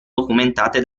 documentate